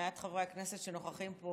מעט חברי הכנסת נוכחים פה,